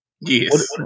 yes